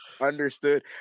Understood